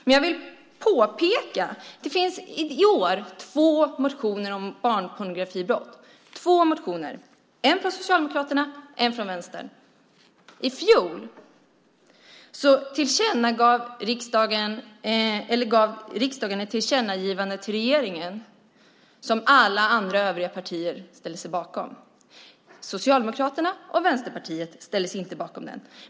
Men jag vill påpeka att det i år finns två motioner om barnpornografibrott, en från Socialdemokraterna och en från Vänstern. I fjol gav riksdagen regeringen ett tillkännagivande som alla övriga partier ställde sig bakom. Socialdemokraterna och Vänsterpartiet ställde sig inte bakom det.